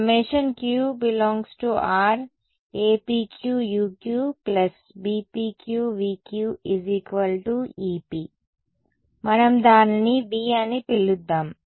q∈Γ Apq uq Bpqvq ep మనం దానిని v అని పిలుద్దాం